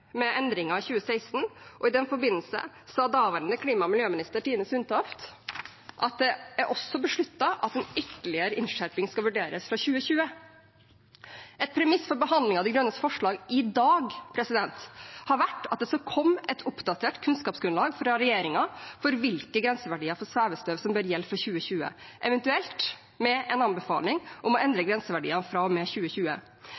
med endringer i 2016. I den forbindelse sa daværende klima- og miljøminister Tine Sundtoft: «Det er også besluttet at en ytterligere innskjerping skal vurderes fra 2020.» Et premiss for behandling av De Grønnes forslag i dag har vært at det skal komme et oppdatert kunnskapsgrunnlag fra regjeringen for hvilke grenseverdier for svevestøv som bør gjelde fra 2020, eventuelt med en anbefaling om å